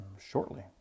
shortly